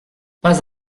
pas